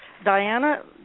Diana